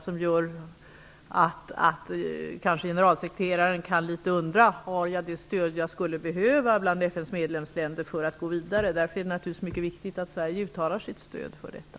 Detta gör att generalsekreteraren kan undra om han har det stöd hos FN:s medlemsländer som han behöver för att gå vidare. Därför är det naturligtvis mycket viktigt att Sverige uttalar sitt stöd för detta.